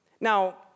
Now